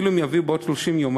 אפילו אם יביאו בעוד 30 יום,